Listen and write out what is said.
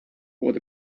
what